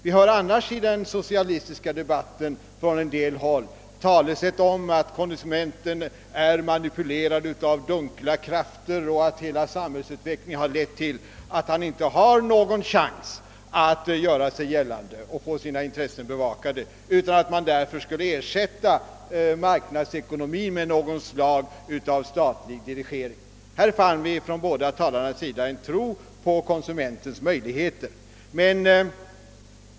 Vi hör annars i den socialistiska debatten från en del håll talesätt om att konsumenten är manipulerad av dunkla krafter och att samhällsutvecklingen har lett till att han inte har någon chans att få sina intres sen bevakade och att marknadsekonomin därför bör ersättas med något slags statlig dirigering. Här utiryckte båda dessa talare en tro på konsumentens möjligheter.